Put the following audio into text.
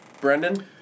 Brendan